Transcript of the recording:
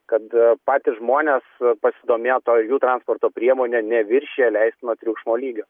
kad patys žmonės pasidomė to jų transporto priemonė neviršija leistino triukšmo lygio